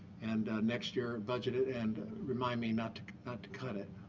and next year, budget it and remind me not to cut it.